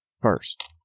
first